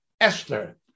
Esther